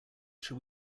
shall